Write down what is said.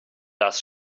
does